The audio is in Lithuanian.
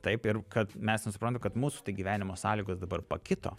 taip ir kad mes nesuprantam kad mūsų tai gyvenimo sąlygos dabar pakito